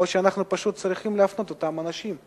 או שאנחנו פשוט צריכים להפנות אותם אנשים,